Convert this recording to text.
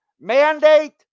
mandate